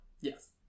Yes